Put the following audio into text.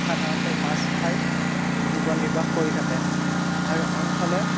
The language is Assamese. সাধাৰণতে মাছ খাই জীৱন নিৰ্বাহ কৰি থাকে আৰু আনফালে